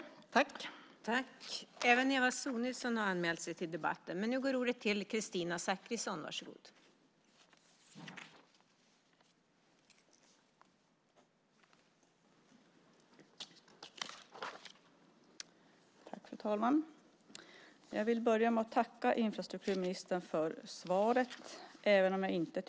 Då Raimo Pärssinen, som framställt en av interpellationerna, anmält att han var förhindrad att närvara vid sammanträdet medgav andre vice talmannen att Per Svedberg i stället fick delta i överläggningen.